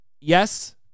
yes